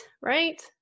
right